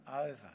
over